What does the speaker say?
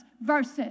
verses